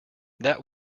that